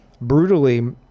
brutally